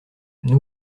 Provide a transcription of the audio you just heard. nous